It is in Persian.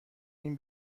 این